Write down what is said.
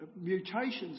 mutations